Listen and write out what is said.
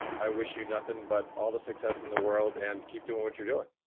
i wish you nothing but all the success in the world and keep doing what you're doing.